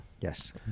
Yes